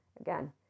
again